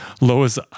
Lois